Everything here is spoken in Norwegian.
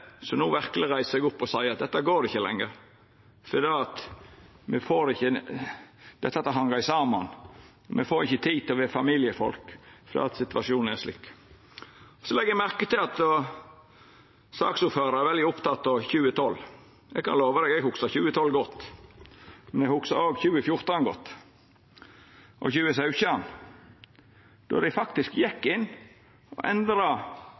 som regjeringa ville, som no verkeleg reiser seg opp og seier: Dette går ikkje lenger, for me får ikkje dette til å henga saman. Me får ikkje tid til å vera familiefolk fordi situasjonen er slik. Eg legg merke til at saksordføraren er veldig oppteken av 2012. Eg kan lova at eg hugsar 2012 godt. Men eg hugsar òg 2014 godt – og 2017, då dei faktisk gjekk inn og endra